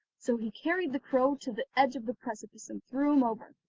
so he carried the crow to the edge of the precipice and threw him over,